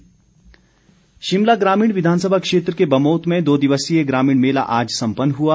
मेला शिमला ग्रामीण विधानसभा क्षेत्र के बमोत में दो दिवसीय ग्रामीण मेला आज संपन्न हुआ